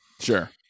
Sure